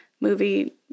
movie